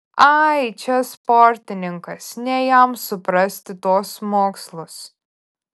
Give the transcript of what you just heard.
ai čia sportininkas ne jam suprasti tuos mokslus